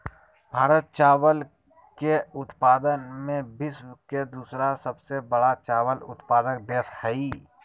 भारत चावल के उत्पादन में विश्व के दूसरा सबसे बड़ा चावल उत्पादक देश हइ